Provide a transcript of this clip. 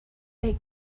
they